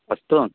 अस्तु